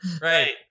Right